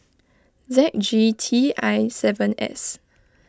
Z G T I seven S